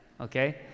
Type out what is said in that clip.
okay